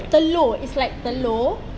telur it's like telur